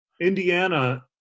Indiana